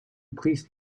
please